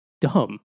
dumb